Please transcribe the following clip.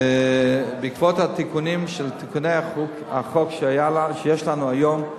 בעקבות תיקוני החוק שיש לנו היום,